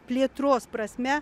plėtros prasme